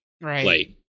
Right